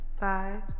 five